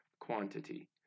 quantity